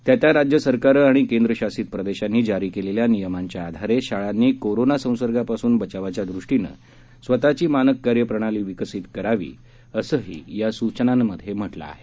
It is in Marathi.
त्या त्या राज्य सरकारं आणि केंद्रशासित प्रदेशांनी जारी केलेल्या नियमांच्या आधारे शाळांनी कोरोना संसर्गापासून बचावाच्यादृष्टीनं स्वतःची मानक कार्यप्रणाली विकसित करावी असंही या सूचनांमधे म्हटलं आहे